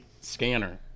Scanner